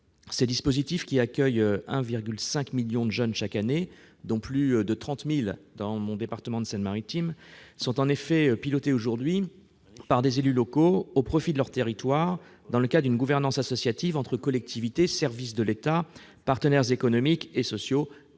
Ces dispositifs, qui accueillent 1,5 million de jeunes chaque année, dont plus de 30 000 en Seine-Maritime, mon département, sont pilotés aujourd'hui par des élus locaux au profit de leur territoire, dans le cadre d'une gouvernance associant collectivités, services de l'État, partenaires économiques et sociaux et